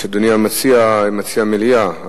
ואדוני המציע מציע מליאה.